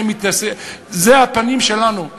זה הפנים שלנו,